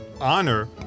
honor